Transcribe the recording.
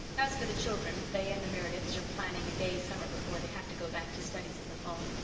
as for the children, they and the merediths are planning a gay summer before they have to go back to studies in the fall.